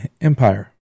Empire